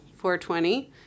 420